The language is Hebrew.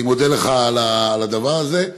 אני מודה לך על הדבר הזה,